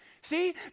See